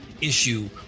issue